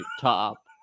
top